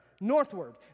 northward